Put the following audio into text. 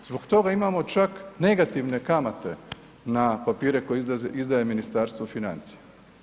Zbog toga imamo čak negativne kamate na papire koje izdaje Ministarstvo financija.